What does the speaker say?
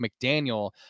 McDaniel